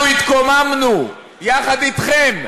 אנחנו התקוממנו, יחד עם אתכם,